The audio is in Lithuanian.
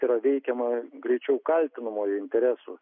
yra veikiama greičiau kaltinamojo interesų